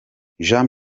jean